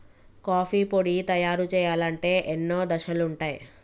coffee పొడి తయారు చేయాలంటే ఎన్నో దశలుంటయ్